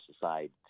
society